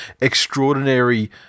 extraordinary